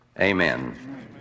Amen